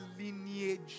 lineage